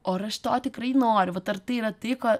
o ar aš to tikrai noriu vat ar tai yra tai ko